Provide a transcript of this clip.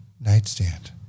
nightstand